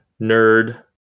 nerd